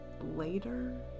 later